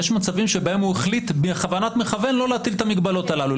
יש מצבים שבהם הוא החליט בכוונת מכוון לא להטיל את המגבלות הללו.